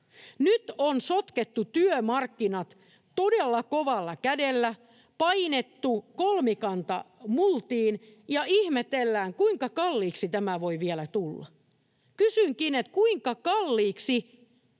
Nyt on sotkettu työmarkkinat todella kovalla kädellä, painettu kolmikanta multiin ja ihmetellään, kuinka kalliiksi tämä voi vielä tulla. Kysynkin, kuinka kalliiksi